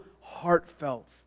heartfelt